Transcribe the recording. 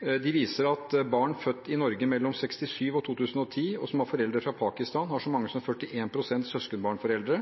De viser at av barna født i Norge mellom 1967 og 2010, og som har foreldre fra Pakistan, har så mange som 41 pst. søskenbarnforeldre,